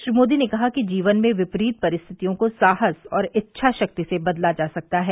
श्री मोदी ने कहा कि जीवन में विपरीत परिस्थितियों को साहस और इच्छा शक्ति से बदला जा सकता है